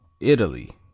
Italy